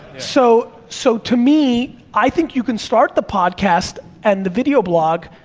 so so, to me, i think you can start the podcast and the video blog,